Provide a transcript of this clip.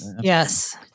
yes